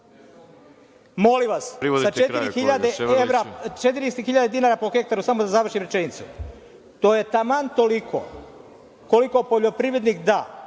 Ševarlić** … 400.000 dinara po hektaru, samo da završim rečenicu, to je taman toliko koliko poljoprivrednik da